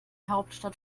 hauptstadt